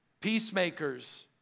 Peacemakers